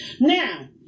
now